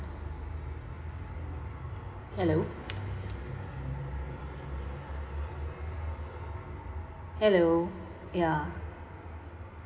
hello hello ya